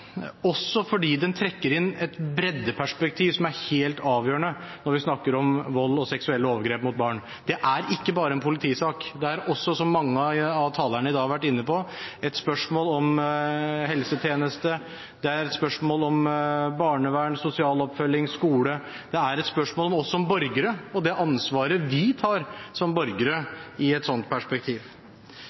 også fordi den trekker inn et breddeperspektiv som er helt avgjørende når vi snakker om vold og seksuelle overgrep mot barn. Det er ikke bare en politisak, det er også, som mange av talerne i dag har vært inne på, et spørsmål om helsetjeneste, barnevern, sosial oppfølging og skole, og det er et spørsmål om oss som borgere og det ansvaret vi tar som borgere i et slikt perspektiv.